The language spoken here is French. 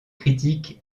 critiques